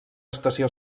estació